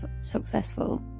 successful